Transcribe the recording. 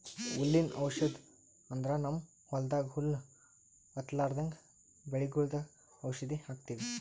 ಹುಲ್ಲಿನ್ ಔಷಧ್ ಅಂದ್ರ ನಮ್ಮ್ ಹೊಲ್ದಾಗ ಹುಲ್ಲ್ ಹತ್ತಲ್ರದಂಗ್ ಬೆಳಿಗೊಳ್ದಾಗ್ ಔಷಧ್ ಹಾಕ್ತಿವಿ